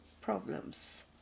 problems